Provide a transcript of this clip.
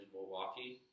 Milwaukee